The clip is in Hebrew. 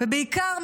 ובעיקר,